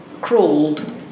crawled